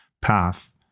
path